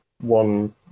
one